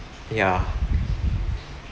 ya